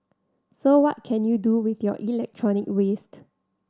so what can you do with your electronic waste